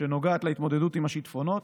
שנוגעת להתמודדות עם השיטפונות,